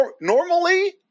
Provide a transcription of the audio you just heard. normally